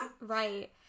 Right